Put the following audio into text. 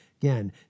again